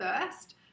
first